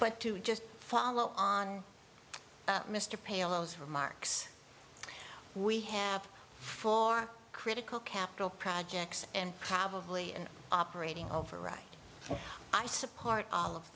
but to just follow on mr payloads remarks we have four critical capital projects and probably an operating override i support all of